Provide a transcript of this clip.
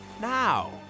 Now